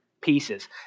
pieces